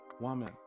woman